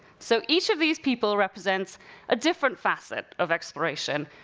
so each of these people represents a different facet of exploration,